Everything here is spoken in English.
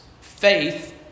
Faith